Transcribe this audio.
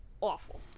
awful